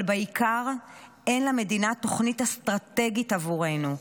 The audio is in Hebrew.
אבל בעיקר אין למדינה תוכנית אסטרטגית עבורנו,